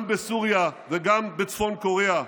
גם בסוריה וגם בצפון קוריאה,